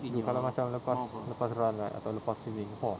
so macam lepas lepas run right atau lepas swimming !whoa!